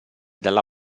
dalla